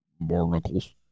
Barnacles